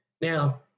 Now